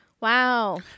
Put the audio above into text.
Wow